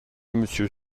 monsieur